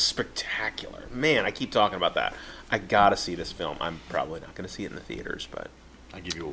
spectacular man i keep talking about that i got to see this film i'm probably going to see in the theaters but i give you